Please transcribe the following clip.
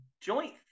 joint